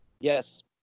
Yes